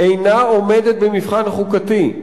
"אינה עומדת במבחן החוקתי.